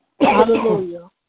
Hallelujah